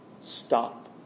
Stop